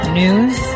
news